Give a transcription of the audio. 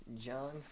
John